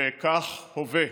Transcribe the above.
כך הווה,